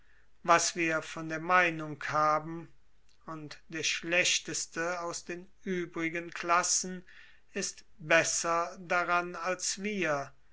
was wir von der meinung haben und der schlechteste aus den übrigen klassen ist besser daran als wir